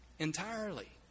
Entirely